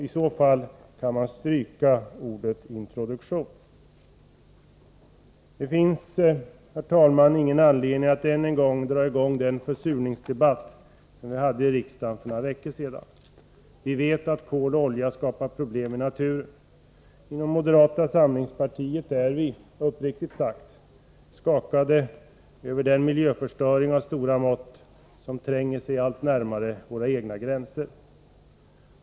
I så fall kan man stryka ordet introduktion. Det finns, herr talman, ingen anledning att återigen dra i gång den försurningsdebatt som vi hade i riksdagen för några veckor sedan. Vi vet att kol och olja skapar problem i naturen. Inom moderata samlingspartiet är vi, uppriktigt sagt, skakade över den miljöförstöring av stora mått som tränger sig allt närmare våra egna gränser.